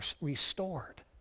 restored